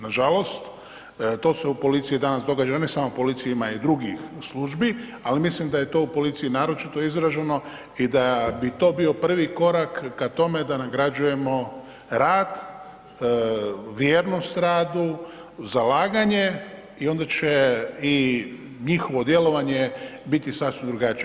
Nažalost to se u policiji danas događa a ne samo u policiji, ima i drugih službi ali mislim da je to u policiji naročito izraženo i da bi to bio prvi korak ka tome da nagrađujemo rad, vjernost radu, zalaganje i onda će i njihovo djelovanje biti sasvim drugačije.